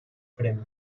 premi